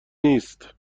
نیست